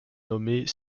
nommer